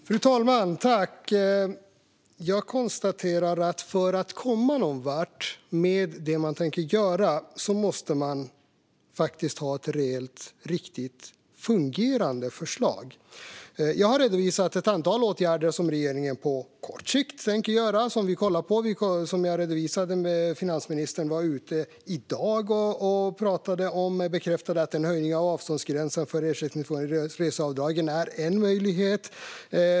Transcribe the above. Fru talman! Jag konstaterar att för att komma någon vart med det man tänker göra måste man ha ett reellt och riktigt fungerande förslag. Jag har redovisat ett antal åtgärder som regeringen på kort sikt tänker vidta och som vi kollar på. Som jag redovisade var finansministern ute i dag och bekräftade att en höjning av avståndsgränsen för reseavdragen är en möjlighet.